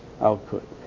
output